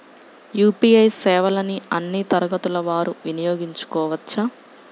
UPI సేవలని అన్నీ తరగతుల వారు వినయోగించుకోవచ్చా?